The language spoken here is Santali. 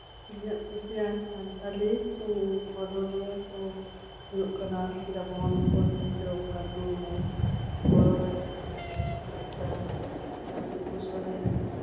ᱤᱧᱟᱹᱜ ᱠᱩᱥᱤᱭᱟᱱ ᱥᱟᱱᱛᱟᱞᱤ ᱚᱱᱚᱞᱤᱭᱟᱹ ᱠᱚ ᱦᱩᱭᱩᱜ ᱠᱟᱱᱟ ᱡᱮᱢᱚᱱ ᱯᱚᱸᱰᱤᱛ ᱨᱚᱜᱷᱩᱱᱟᱛᱷ ᱢᱩᱨᱢᱩ ᱵᱚᱲᱚ ᱵᱟᱥᱠᱮ ᱜᱚᱠᱩᱞ ᱦᱟᱸᱥᱫᱟ ᱟᱨ ᱥᱤᱵᱩ ᱥᱚᱨᱮᱱ